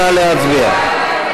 נא להצביע.